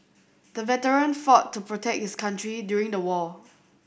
the veteran fought to protect his country during the war